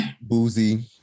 Boozy